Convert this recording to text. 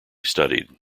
studied